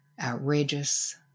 outrageous